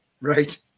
Right